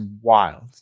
wild